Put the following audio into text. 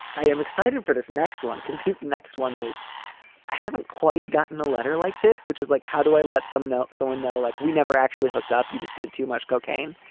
i am excited for this next one, cause this next one is i haven't quite gotten a letter like this, which is like, how do i let some know? someone know like we never actually hooked up. you just did too much cocaine,